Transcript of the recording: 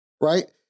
right